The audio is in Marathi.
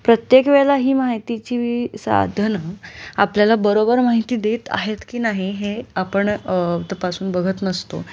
प्रत्येक वेळेला ही माहितीची साधनं आपल्याला बरोबर माहिती देत आहेत की नाही हे आपण तपासून बघत नसतो